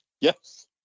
Yes